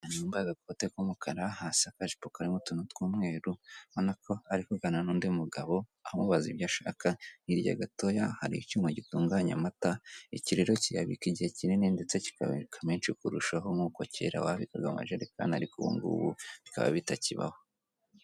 Agakote k'umukara hasi akajipo karimo utuntu tw'umweru ubona ko ari kuvugana n'undi mugabo amubaza ibyo ashaka. Hirya gatoya hari icyuma gitunganya amata iki rero kiyabika igihe kinini ndetse kikabika menshi kurushaho nk'uko kera babikaga mu majerekani ariko ubungubu bikaba bitakibaho.